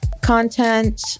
content